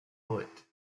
poet